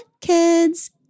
kids